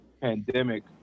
pandemic